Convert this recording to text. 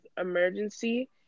emergency